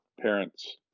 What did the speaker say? parents